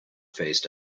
faced